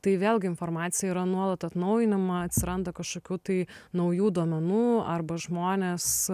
tai vėlgi informacija yra nuolat atnaujinama atsiranda kažkokių tai naujų duomenų arba žmonės